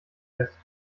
lässt